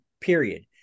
period